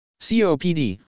COPD